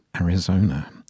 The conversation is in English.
arizona